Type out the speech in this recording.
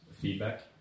feedback